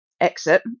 exit